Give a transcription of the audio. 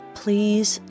please